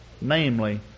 namely